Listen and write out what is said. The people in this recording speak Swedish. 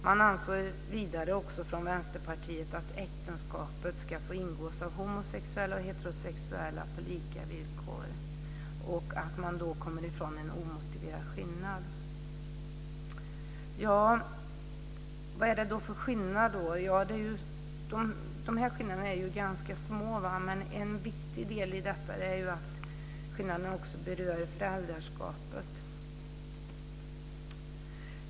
Man anser vidare att äktenskap ska få ingås av homosexuella och heterosexuella på lika villkor och att man då kommer ifrån en omotiverad skillnad. Vad är det då för skillnad? Skillnaderna är ju ganska små, men en viktig del i detta är att skillnaderna också berör föräldraskapet.